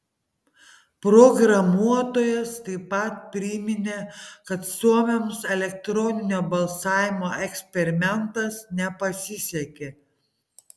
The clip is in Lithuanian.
programuotojas taip pat priminė kad suomiams elektroninio balsavimo eksperimentas nepasisekė